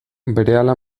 berehala